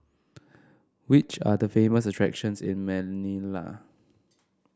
which are the famous attractions in Manila